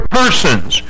persons